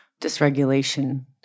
dysregulation